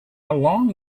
along